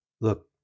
Look